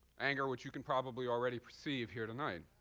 anger which you can probably already perceive here tonight.